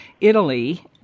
Italy